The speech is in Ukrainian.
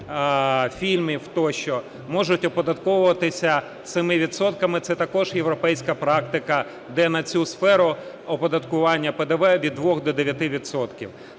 фільмів тощо можуть оподатковуватися 7 відсотками – це також європейська практика, де на цю сферу оподаткування ПДВ від 2 до 9